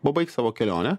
pabaigs savo kelionę